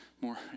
more